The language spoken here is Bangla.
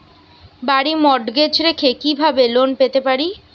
বাড়ি মর্টগেজ রেখে কিভাবে লোন পেতে পারি?